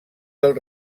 del